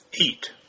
eat